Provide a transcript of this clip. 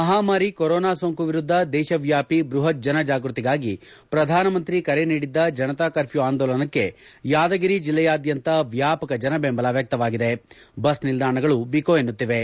ಮಹಾಮಾರಿ ಕೊರೋನಾ ಸೋಂಕು ವಿರುದ್ದ ದೇಶವ್ಕಾಪಿ ಬೃಹತ್ ಜನ ಜಾಗೃತಿಗಾಗಿ ಪ್ರಧಾನಮಂತ್ರಿ ಕರೆ ನೀಡಿರುವ ಜನತಾ ಕರ್ಫ್ಲೂ ಆಂದೋಲನಕ್ಕೆ ಯಾದಗಿರಿ ಜಿಲ್ಲೆಯಾದ್ಯಂತ ವ್ಯಾಪಕ ಜನ ಬೆಂಬಲ ವ್ಯಕ್ತವಾಗಿದೆಬಸ್ ನಿಲ್ದಾಣಗಳು ಬಿಕೋ ಎನ್ನುತ್ತಿವೆ